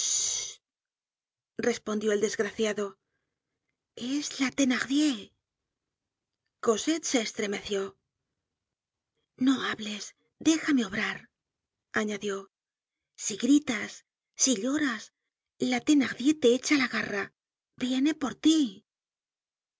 respondió el desgraciado es la thenardier cosette se estremeció no hables déjame obrar añadió si gritas si lloras la thenardier te echa la garra viene por tí